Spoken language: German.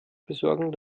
besorgen